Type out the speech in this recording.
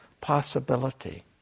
possibility